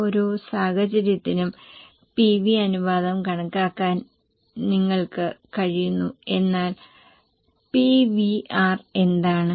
ഓരോ സാഹചര്യത്തിനും PV അനുപാതം കണക്കാക്കാൻ നിങ്ങൾക്ക് കഴിയുന്നു എന്നാൽ PVR എന്താണ്